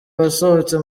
wasohotse